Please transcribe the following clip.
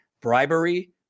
bribery